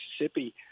Mississippi